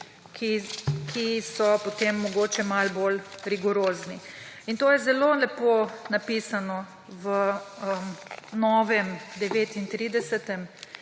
ki so potem mogoče malo bolj rigorozni. To je zelo lepo napisano v novem 39.